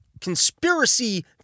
conspiracy